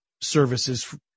services